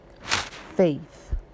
Faith